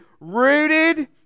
Rooted